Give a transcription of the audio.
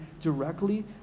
directly